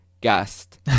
guest